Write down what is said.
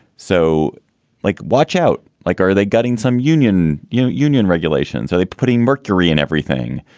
so like, watch out. like, are they getting some union? you know union regulations? are they putting mercury in everything?